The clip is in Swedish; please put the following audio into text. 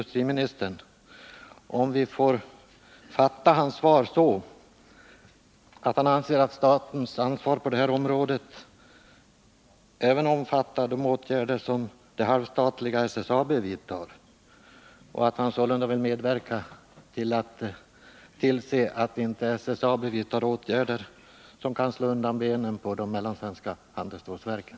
statens ansvar på detta område även omfattar de åtgärder som det halvstatliga SSAB vidtar och att han sålunda vill medverka till att SSAB inte vidtar åtgärder som kan förstöra förutsättningarna för de mindre handelsstålverken.